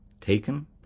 taken